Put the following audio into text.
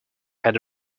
had